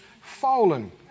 fallen